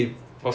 mm